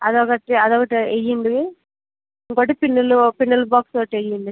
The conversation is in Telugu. అదొకటి అదొకటి ఇవ్వండి ఇంకోకటి పిన్నులు పిన్నుల బాక్సు ఒకటివ్వండి